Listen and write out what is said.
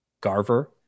Garver